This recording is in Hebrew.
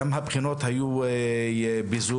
גם הבחינות היו בזום,